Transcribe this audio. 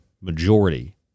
majority